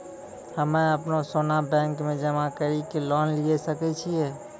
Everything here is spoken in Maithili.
हम्मय अपनो सोना बैंक मे जमा कड़ी के लोन लिये सकय छियै?